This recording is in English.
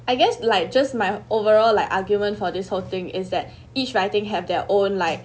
I guess like just my overall like argument for this whole thing is that each writing have their own like